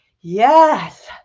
Yes